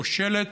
כושלת,